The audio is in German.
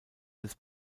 des